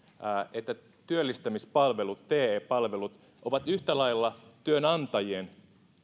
että työllistämispalvelut te palvelut ovat yhtä lailla työnantajien